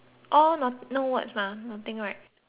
no words mah nothing right ah okay